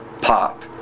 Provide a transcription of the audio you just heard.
pop